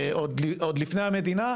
הדיבור כאן בבית הזה כלפי עולים בכל מיני צורות